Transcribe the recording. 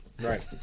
Right